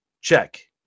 check